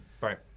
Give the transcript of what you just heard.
Right